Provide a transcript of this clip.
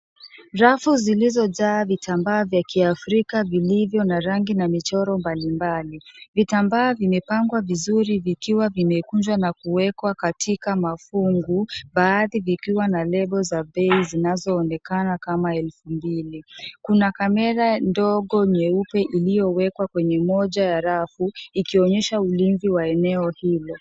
Rafu zilizojaa vitambaa vya kiafrika vilivyo na rangi na michoro mbali mbali. Vitambaa vimepangwa vizuri vikiwa vimekunjwa na kuwekwa bkatika mafungu baadhi vikiwa na nenmbo ya bei zinazoonekana kama elfu mbili. Kuna kamera ndogo nyeupe iliyowekywa kwenye eneo moja ya rafu ikionyesha ulinzi wa eneo hilo.